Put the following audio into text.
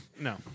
No